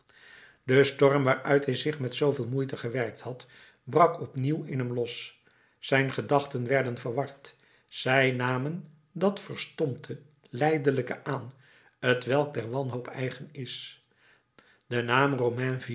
de storm waaruit hij zich met zooveel moeite gewerkt had brak opnieuw in hem los zijn gedachten werden verward zij namen dat verstompte lijdelijke aan t welk der wanhoop eigen is de naam